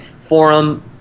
Forum